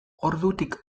ordutik